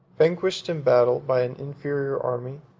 vanquished in battle by an inferior army,